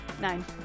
Nine